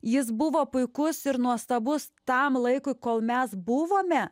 jis buvo puikus ir nuostabus tam laikui kol mes buvome